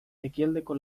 ekialdeko